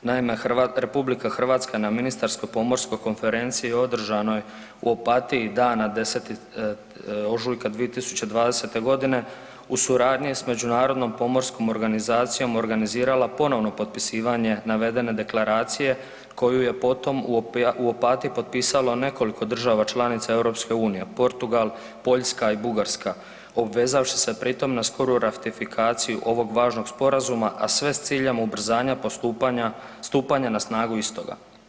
Naime, Republika Hrvatska na ministarsko-pomorskoj konferenciji održanoj u Opatiji, dana 10. ožujka 2020. godine u suradnji sa Međunarodnom pomorskom organizacijom organizirala ponovno potpisivanje navedene deklaracije koju je potom u Opatiji potpisalo nekoliko država članica EU – Portugal, Poljska i Bugarska obvezavši se pritom na skoru ratifikaciju ovog važnog sporazuma, a sve s ciljem ubrzanja stupanja na snagu istoga.